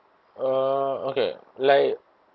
uh okay like